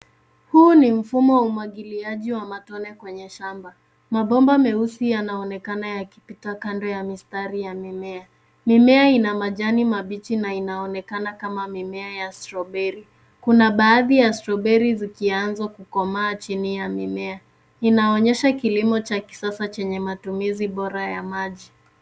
Huu ni mfumo wa umwagiliaji wa matone kwenye shamba. Mabomba meusi yanaonekana yakipita kando ya mistari ya mimea. Mimea ina majani mabichi na inaonekana kama mimea ya strawberry . Kuna baadhi ya strawberry zikianza kukomaa chini ya mimea. Inaonyesha kilimo cha kisasa chenye matumizi bora ya maji.